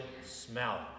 smell